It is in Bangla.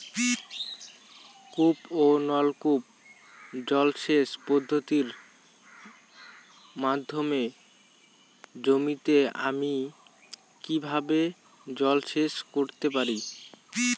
কূপ ও নলকূপ জলসেচ পদ্ধতির মাধ্যমে জমিতে আমি কীভাবে জলসেচ করতে পারি?